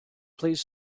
please